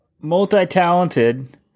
multi-talented